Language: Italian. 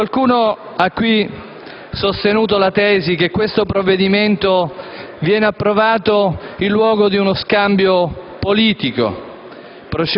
Qualcuno ha qui sostenuto la tesi che questo provvedimento viene approvato in luogo di uno scambio politico: